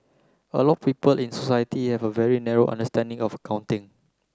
a lot of people in society have a very narrow understanding of accounting